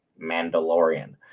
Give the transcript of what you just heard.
Mandalorian